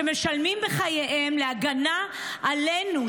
משלמים בחייהם להגנה עלינו,